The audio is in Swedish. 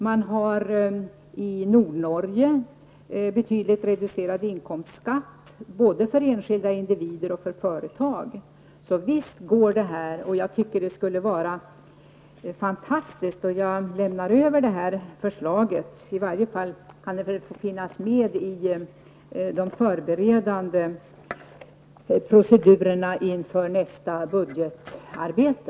I Nordnorge har man betydligt reducerat inkomstskatten både för enskilda individer och för företag. Så visst är detta möjligt, och jag tycker det skulle vara fantastiskt. Jag lämnar över förslaget, så att det i varje fall kan få finnas med vid de förberedande procedurerna inför nästa budgetarbete.